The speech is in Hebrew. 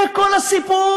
זה כל הסיפור.